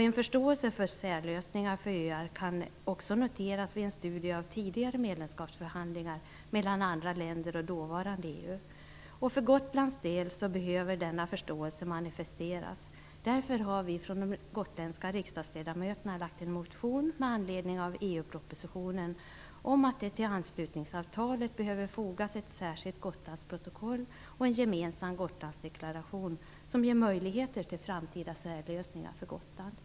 En förståelse för särlösningar för öar kan också noteras vid en studie av tidigare medlemskapsförhandlingar mellan andra länder och dåvarande EG. För Gotlands del behöver denna förståelse manifesteras. Därför har vi gotländska riksdagsledamöter väckt en motion med anledning av EU-propositionen om att det till anslutningsavtalet behöver fogas ett särskilt Gotlandsdeklaration som ger möjligheter till framtida särlösningar för Gotland. Tack!